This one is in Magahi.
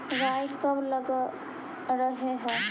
राई कब लग रहे है?